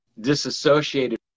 disassociated